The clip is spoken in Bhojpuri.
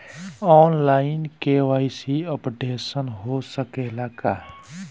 आन लाइन के.वाइ.सी अपडेशन हो सकेला का?